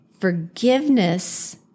Forgiveness